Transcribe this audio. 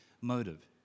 motive